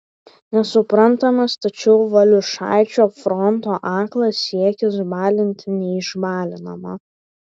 nesuprantamas tačiau valiušaičio fronto aklas siekis balinti neišbalinamą